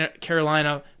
Carolina